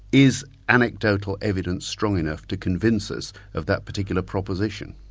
is anecdotal evidence strong enough to convince us of that particular proposition?